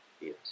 Yes